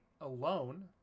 alone